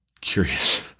Curious